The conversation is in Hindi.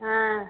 हाँ